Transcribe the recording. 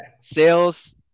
sales